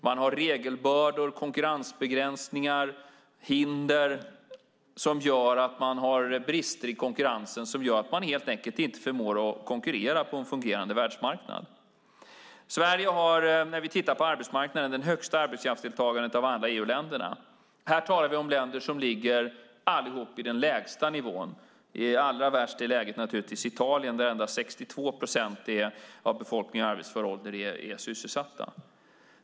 Man har regelbördor, konkurrensbegränsningar och hinder som gör att man har brister i konkurrensen, och det innebär att man helt enkelt inte förmår konkurrera på en fungerande världsmarknad. Sverige har, när vi tittar på arbetsmarknaden, det högsta arbetskraftsdeltagandet av alla EU-länder. Här talar vi om länder som alla ligger på den lägsta nivån. Allra värst är läget naturligtvis i Italien, där endast 62 procent av befolkningen i arbetsför ålder är sysselsatt.